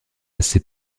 assez